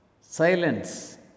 Silence